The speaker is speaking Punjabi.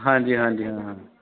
ਹਾਂਜੀ ਹਾਂਜੀ ਹਾਂ